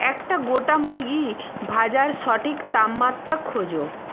একটা গোটা মুরগি ভাজার সঠিক তাপমাত্রা খোঁজো